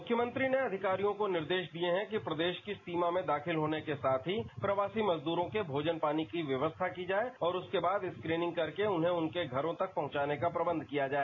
मख्यमंत्री ने अधिकारियों को निर्देश दिए हैं कि प्रदेश की सीमा में दाखिल होने के साथ ही प्रवासी मजदूरों के भोजन पानी की व्यवस्था की जाए और उसके बाद स्क्रीनिंग करके उन्हें उनके घरों तक पहुंचाने का प्रबंध किया जाए